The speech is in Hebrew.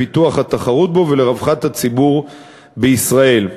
לפיתוח התחרות בו ולרווחת הציבור בישראל.